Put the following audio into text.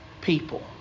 people